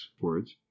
words